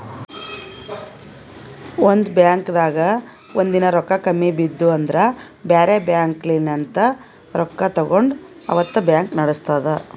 ಒಂದ್ ಬಾಂಕ್ದಾಗ್ ಒಂದಿನಾ ರೊಕ್ಕಾ ಕಮ್ಮಿ ಬಿದ್ದು ಅಂದ್ರ ಬ್ಯಾರೆ ಬ್ಯಾಂಕ್ಲಿನ್ತ್ ರೊಕ್ಕಾ ತಗೊಂಡ್ ಅವತ್ತ್ ಬ್ಯಾಂಕ್ ನಡಸ್ತದ್